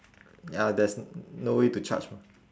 ya there's no way to charge mah